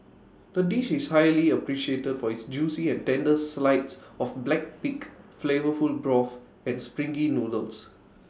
the dish is highly appreciated for its juicy and tender slides of black pig flavourful broth and springy noodles